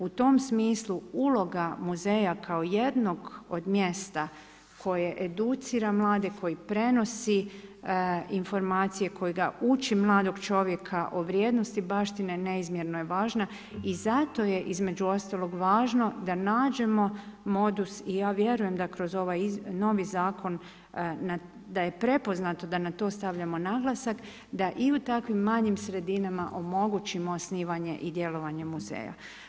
U tom smislu uloga muzeja kao jednog od mjesta koje educira mlade, koji prenosi informacije, koje uči mladog čovjeka o vrijednosti baštine neizmjerno je važna i zato je između ostalog važno da nađemo modus i ja vjerujem da kroz ovaj novi zakon da je prepoznato da na tom stavljamo naglasak, da i u takvim manjim sredinama omogućimo osnivanje i djelovanje muzeja.